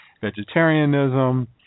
vegetarianism